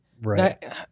right